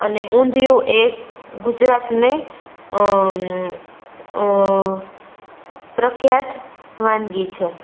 અને ઊંધિયું એ ગુજરાતની પ્રખ્યાત વાનગી છે